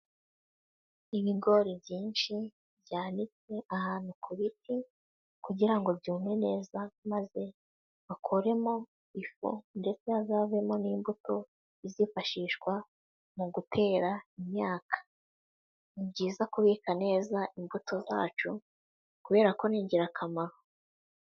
Ibigori byinshi byanitse ahantu ku biti kugira ngo byumve neza maze bakoremo ifu ndetse hazavemo n'imbuto izifashishwa mu gutera imyaka, ni byiza kubika neza imbuto zacu kubera ko ni ingirakamaro.